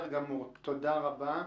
תודה רבה.